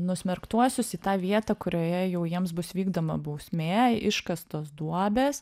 nusmerktuosius į tą vietą kurioje jau jiems bus vykdoma bausmė iškastos duobės